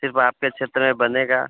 सिर्फ आपके क्षेत्र में बनेगा